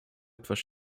etwas